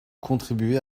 contribuer